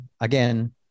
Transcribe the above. again